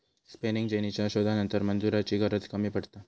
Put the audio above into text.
spinning जेनीच्या शोधानंतर मजुरांची गरज कमी पडता